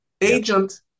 agent